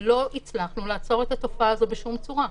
ולא הצלחנו לעצור את התופעה הזאת בשום צורה.